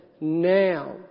now